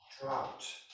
drought